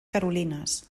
carolines